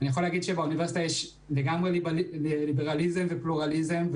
אני יכול להגיד שבאוניברסיטה יש לגמרי ליברליזם ופלורליזם,